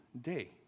day